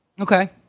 Okay